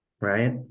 right